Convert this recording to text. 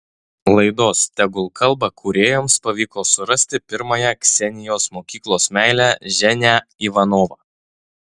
laidos tegul kalba kūrėjams pavyko surasti pirmąją ksenijos mokyklos meilę ženią ivanovą